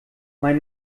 mein